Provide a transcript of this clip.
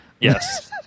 Yes